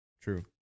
True